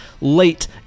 late